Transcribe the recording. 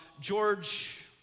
George